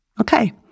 Okay